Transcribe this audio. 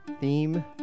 theme